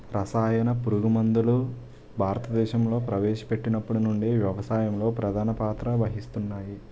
రసాయన పురుగుమందులు భారతదేశంలో ప్రవేశపెట్టినప్పటి నుండి వ్యవసాయంలో ప్రధాన పాత్ర వహిస్తున్నాయి